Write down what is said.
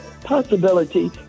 possibility